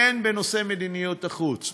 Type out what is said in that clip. והן בנושא מדיניות החוץ,